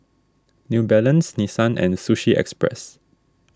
New Balance Nissan and Sushi Express